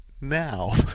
now